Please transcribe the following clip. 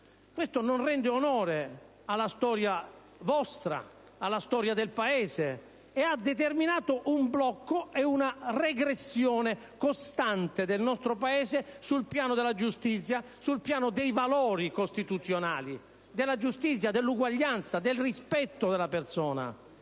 Questo non rende onore alla storia vostra, alla storia dell'Italia, e ha determinato un blocco e una regressione costante del nostro Paese sul piano della giustizia e dei valori costituzionali, sul piano dell'uguaglianza e del rispetto della persona.